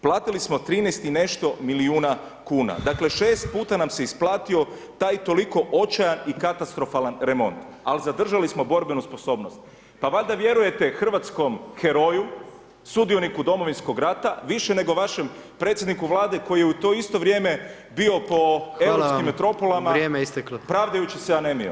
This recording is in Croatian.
Platili smo 13 i nešto milijuna kuna, dakle 6 puta nam isplatio taj toliko očajan i katastrofalan remont ali zadržali smo borbenu sposobnost, pa valjda vjerujete hrvatskom heroju, sudioniku Domovinskog rata više nego vašem predsjedniku Vlade koji je u to isto vrijeme bio po europskim metropolama pravdajući se anemijom.